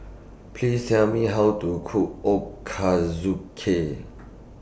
Please Tell Me How to Cook Ochazuke